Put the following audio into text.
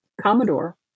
Commodore